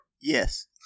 Yes